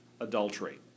adultery